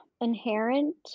inherent